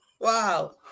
Wow